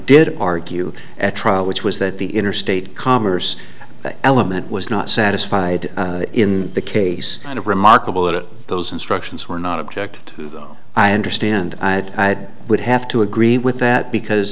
did argue at trial which was that the interstate commerce element was not satisfied in the case kind of remarkable that those instructions were not object i understand i would have to agree with that because